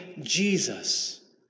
Jesus